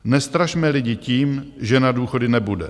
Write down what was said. Nestrašme lidi tím, že na důchody nebude.